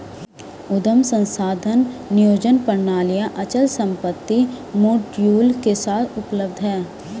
उद्यम संसाधन नियोजन प्रणालियाँ अचल संपत्ति मॉड्यूल के साथ उपलब्ध हैं